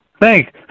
thanks